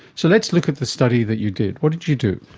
so let's look at the study that you did. what did you do?